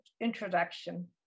introduction